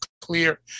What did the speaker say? clear